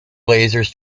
blazers